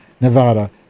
Nevada